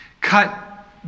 cut